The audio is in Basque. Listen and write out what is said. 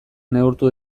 neurtu